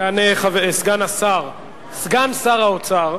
יענה סגן שר האוצר,